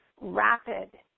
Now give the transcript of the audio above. rapid